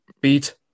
beat